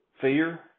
fear